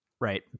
right